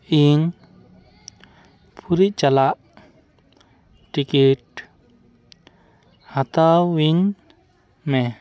ᱤᱧ ᱯᱩᱨᱤ ᱪᱟᱞᱟᱜ ᱴᱤᱠᱤᱴ ᱦᱟᱛᱟᱣᱟᱹᱧ ᱢᱮ